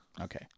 Okay